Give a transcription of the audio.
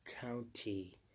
County